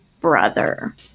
brother